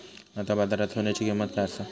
आता बाजारात सोन्याची किंमत काय असा?